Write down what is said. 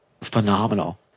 phenomenal